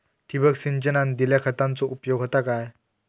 ठिबक सिंचनान दिल्या खतांचो उपयोग होता काय?